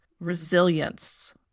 resilience